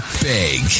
Big